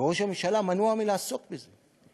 וראש הממשלה מנוע מלעסוק בזה.